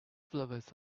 flavors